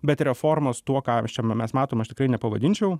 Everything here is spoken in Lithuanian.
bet reformos tuo ką mes čia mes matome aš tikrai nepavadinčiau